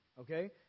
okay